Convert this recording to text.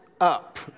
up